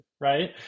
right